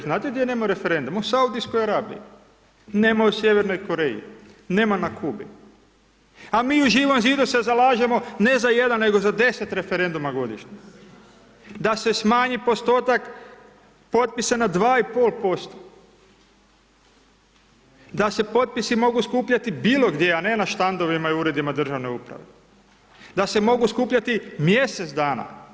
Znate gdje nema referenduma u Saudijskoj Arabiji, nema u Sjevernoj Koreji, nema na Kubi, a mi u Živom zidu se zalažemo ne za 1 nego za 10 referenduma godišnje, da se smanji postotak potpisa na 2,5%, da se potpisi mogu skupljati bilo gdje, a ne na štandovima i uredima državne uprave, da se mogu skupljati mjesec dana.